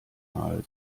mal